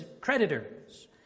creditors